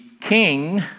king